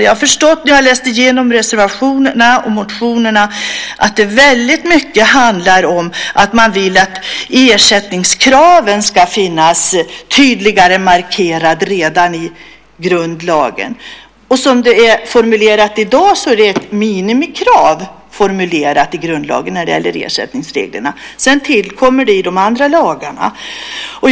Jag har förstått när jag har läst igenom reservationerna och motionerna att det i väldigt stor utsträckning handlar om att man vill att ersättningskraven ska finnas tydligare markerade redan i grundlagen. Som det i dag är formulerat i grundlagen är det ett minimikrav när det gäller ersättningsreglerna. Sedan tillkommer det i de andra lagarna.